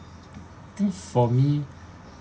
think for me